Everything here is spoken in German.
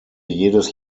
jedes